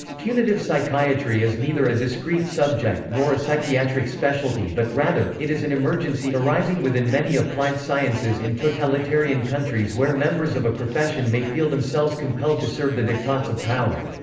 punitive psychiatry is neither a discrete subject nor a psychiatric specialty but, rather, it is an emergency arising within many applied sciences in totalitarian countries where members of profession may feel themselves compelled to serve the diktats of power.